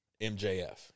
MJF